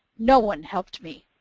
no one helped me.